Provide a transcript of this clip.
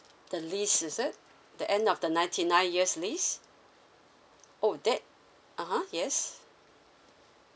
the lease is it the end of the ninety nine years lease orh that (uh huh) yes